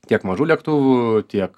tiek mažų lėktuvų tiek